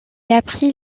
apprit